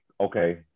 okay